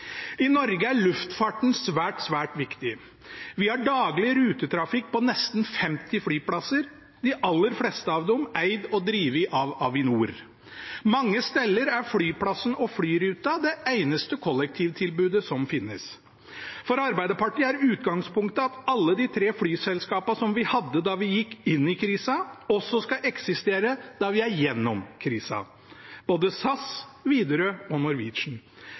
I Norge er luftfarten svært viktig. Vi har daglig rutetrafikk på nesten 50 flyplasser, de aller fleste av dem eid og drevet av Avinor. Mange steder er flyplassen og flyruta det eneste kollektivtilbudet som finnes. For Arbeiderpartiet er utgangspunktet at alle de tre flyselskapene som vi hadde da vi gikk inn i krisa, også skal eksistere når vi er gjennom krisa – både SAS, Widerøe og